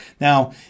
Now